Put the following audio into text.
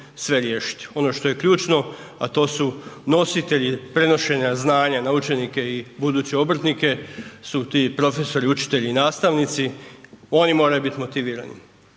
Ono što je ključno, a to su nositelji prenošenja znanja na učenike i buduće obrtnike su ti profesori, učitelji, nastavnici oni moraju biti motivirani,